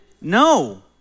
No